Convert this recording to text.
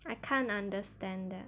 I can't understand that